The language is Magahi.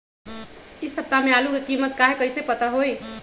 इ सप्ताह में आलू के कीमत का है कईसे पता होई?